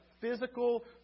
physical